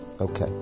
Okay